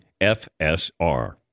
FSR